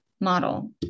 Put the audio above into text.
model